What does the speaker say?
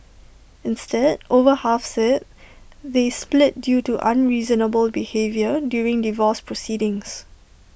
instead over half said they split due to unreasonable behaviour during divorce proceedings